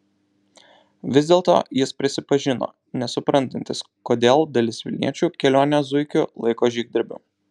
vis dėlto jis prisipažino nesuprantantis kodėl dalis vilniečių kelionę zuikiu laiko žygdarbiu